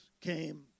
came